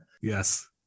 yes